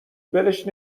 ولش